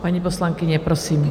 Paní poslankyně, prosím.